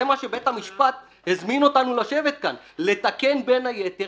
זה מה שבית המשפט הזמין אותנו לשבת כאן - לתקן בין היתר